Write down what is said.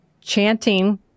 chanting